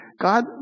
God